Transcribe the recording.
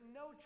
no